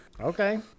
Okay